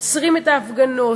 עוצרים את ההפגנות,